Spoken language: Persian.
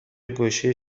گوشی